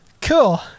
cool